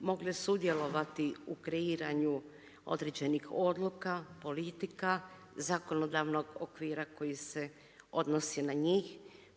mogle sudjelovati u kreiranju određenih odluka, politika, zakonodavnog okvira koji se odnosi na njih,